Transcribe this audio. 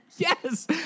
Yes